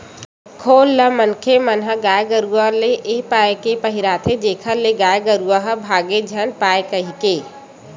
खोल ल मनखे मन ह गाय गरुवा ले ए पाय के पहिराथे जेखर ले गाय गरुवा ह भांगे झन पाय कहिके